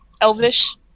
elvish